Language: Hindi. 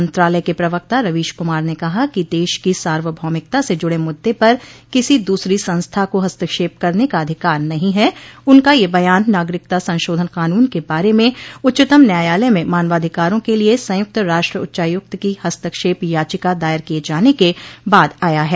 मंत्रालय के प्रवक्ता रवीश कुमार ने कहा कि देश की सार्वभौमिकता से जुड़े मुद्दे पर किसी दूसरी संस्था को हस्तक्षेप करने का अधिकार नहीं है उनका यह बयान नागरिकता संशोधन कानून के बारे में उच्चतम न्यायालय में मानवाधिकारों के लिए संयुक्त राष्ट्र उच्चायुक्त की हस्तक्षेप याचिका दायर किये जाने के बाद आया है